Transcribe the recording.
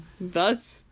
thus